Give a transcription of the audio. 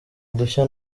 udushya